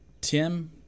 Tim